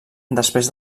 després